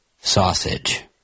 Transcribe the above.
Sausage